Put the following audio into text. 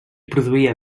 produïa